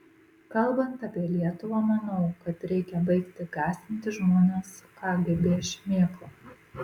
kalbant apie lietuvą manau kad reikia baigti gąsdinti žmones kgb šmėkla